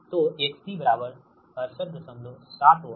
तो XC 687ओम है